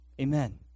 Amen